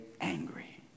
angry